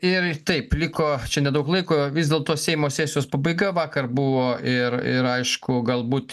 ir taip liko čia nedaug laiko vis dėlto seimo sesijos pabaiga vakar buvo ir ir aišku galbūt